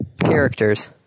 characters